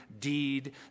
deed